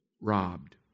robbed